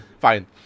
fine